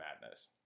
Madness